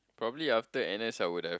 probably after N_S I would have